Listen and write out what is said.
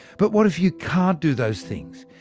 but what if you can't do those things?